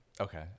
Okay